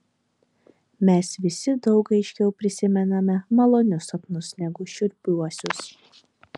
mes visi daug aiškiau prisimename malonius sapnus negu šiurpiuosius